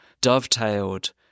dovetailed